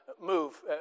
move